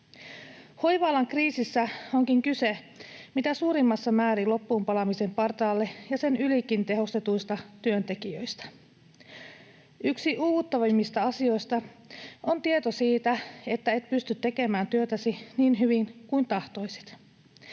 Hoiva-alan kriisissä onkin kyse mitä suurimmassa määrin loppuunpalamisen partaalle ja sen ylikin tehostetuista työntekijöistä. Yksi uuvuttavimmista asioista on tieto siitä, että et pysty tekemään työtäsi niin hyvin kuin tahtoisit.